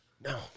No